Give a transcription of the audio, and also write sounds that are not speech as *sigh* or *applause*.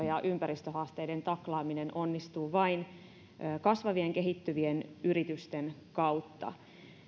*unintelligible* ja ympäristöhaasteiden taklaaminen onnistuu vain kasvavien kehittyvien yritysten kautta